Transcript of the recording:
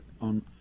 on